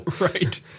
Right